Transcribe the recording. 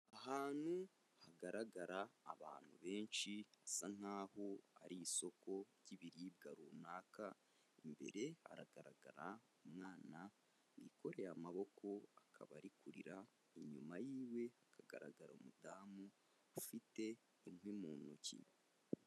Ahantu hagaragara abantu benshi, hasa nk'aho ari isoko ry'ibiribwa runaka, imbere haragaragara umwana wikoreye amaboko, akaba ari kurira, inyuma y'iwe hagaragara umudamu ufite inkwi mu ntoki.